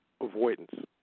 avoidance